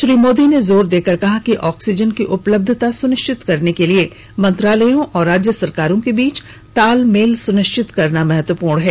श्री मोदी ने जोर देकर कहा कि ऑक्सीजन की उपलब्धता सुनिश्चित करने के लिए मंत्रालयों और राज्य सरकारों के बीच तालमेल सुनिश्चित करना महत्वपूर्ण है